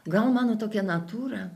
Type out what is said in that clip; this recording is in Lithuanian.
gal mano tokia natūra